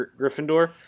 Gryffindor